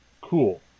Cool